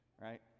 right